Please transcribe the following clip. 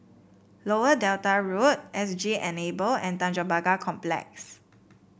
Lower Delta Road S G Enable and Tanjong Pagar Complex